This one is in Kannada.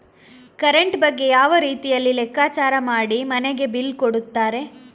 ಕರೆಂಟ್ ಬಗ್ಗೆ ಯಾವ ರೀತಿಯಲ್ಲಿ ಲೆಕ್ಕಚಾರ ಮಾಡಿ ಮನೆಗೆ ಬಿಲ್ ಕೊಡುತ್ತಾರೆ?